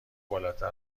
بالاتر